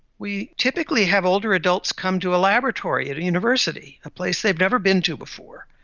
we typically have older adults come to a laboratory at a university, a place they've never been to before.